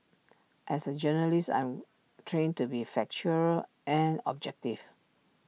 as A journalist I'm trained to be factual and objective